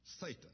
Satan